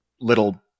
little